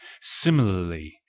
similarly